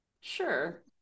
sure